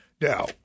Now